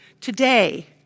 Today